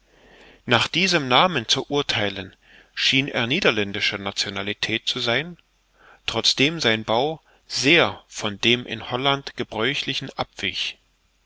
nach diesem namen zu urtheilen schien er niederländischer nationalität zu sein trotzdem sein bau sehr von dem in holland gebräuchlichen abwich